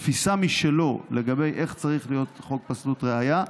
תפיסה משלו לגבי איך צריך להיות חוק פסלות ראיה,